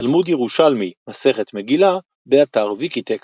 תלמוד ירושלמי, מסכת מגילה, באתר ויקיטקסט